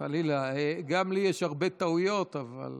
גם לי יש הרבה טעויות, אבל